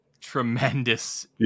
tremendous